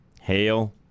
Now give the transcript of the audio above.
hail